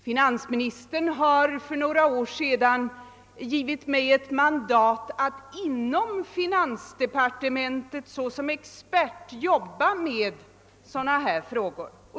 Finansministern gav mig för några år sedan ett mandat att inom finansdepartementet såsom expert jobba med sådana här frågor.